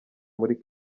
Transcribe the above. muri